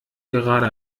gerade